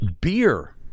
beer